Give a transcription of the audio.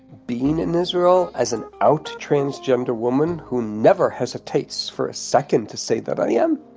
being in israel as an out transgender woman, who never hesitates for a second to say that i am,